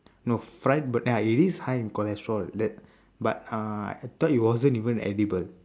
no fried bana~ ya it is high in cholesterol that but uh I thought it wasn't even edible